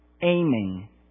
aiming